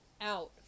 out